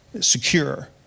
secure